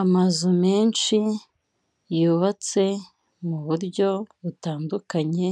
Amazu menshi yubatse mu buryo butandukanye